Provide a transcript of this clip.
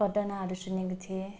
घटनाहरू सुनेको थिएँ